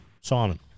Simon